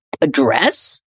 address